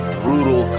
brutal